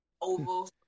Oval